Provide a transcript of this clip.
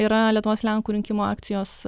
yra lietuvos lenkų rinkimų akcijos